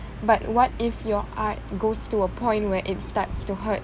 but what if your art goes to a point where it starts to hurt